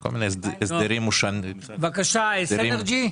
בבקשה, סינרג'י.